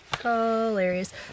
hilarious